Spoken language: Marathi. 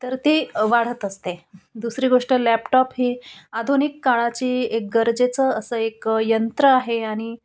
तर ती वाढत असते दुसरी गोष्ट लॅपटॉप ही आधुनिक काळाची एक गरजेचं असं एक यंत्र आहे आणि